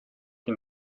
qui